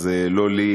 לא לי